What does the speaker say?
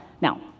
now